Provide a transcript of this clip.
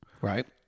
Right